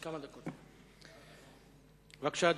בבקשה.